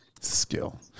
Skill